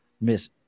Miss